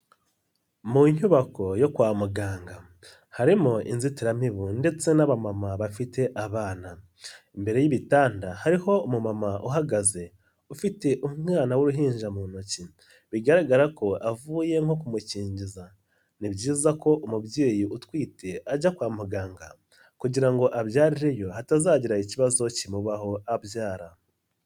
Mu nyubako yo kwa muganga harimo inzitiramibu ndetse n'abamama bafite abana. Imbere y'ibitanda hariho umumama uhagaze, ufite umwana w'uruhinja mu ntoki, bigaragara ko avuye nko kumukingiza. Ni byiza ko umubyeyi utwite ajya kwa muganga kugira ngo abyarireyo hatazagira ikibazo kimubaho abyara.